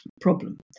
problem